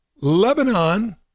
Lebanon